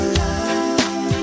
love